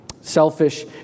selfish